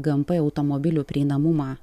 gmp automobilių prieinamumą